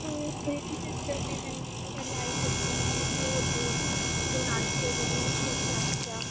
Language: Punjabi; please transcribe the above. ਮੇਰੀ ਸਿਸਟਰ ਨੇ ਮੈਨੂੰ ਅਡਵਾਈਸ ਦਿੱਤੀ ਵੀ ਤੂੰ ਉੱਥੇ ਗੁਰੂ ਨਾਨਕ ਦੇਵ ਯੂਨੀਵਰਸਿਟੀ 'ਚ ਲੱਗ ਜਾ